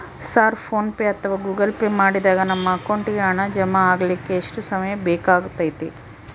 Sir PhonePe ಅಥವಾ Google Pay ಮಾಡಿದಾಗ ನಮ್ಮ ಅಕೌಂಟಿಗೆ ಹಣ ಜಮಾ ಆಗಲಿಕ್ಕೆ ಎಷ್ಟು ಸಮಯ ಬೇಕಾಗತೈತಿ?